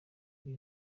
kuri